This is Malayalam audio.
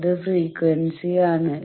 അത് ഫ്രീക്വൻസി ആണ്